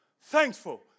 thankful